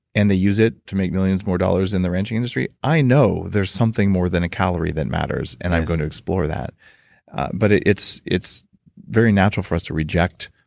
and they use it to make millions more dollars in the ranching industry, i know there's something more than a calorie that matters, and i'm going to explore that but it's it's very natural for us to reject,